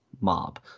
mob